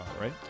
right